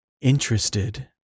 Interested